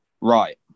right